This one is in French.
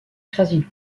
crazy